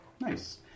Nice